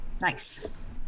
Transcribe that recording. Nice